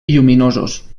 lluminosos